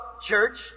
church